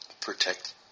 protect